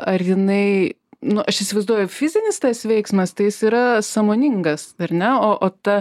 ar jinai nu aš įsivaizduoju fizinis tas veiksmas tai jis yra sąmoningas ar ne o o ta